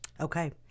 Okay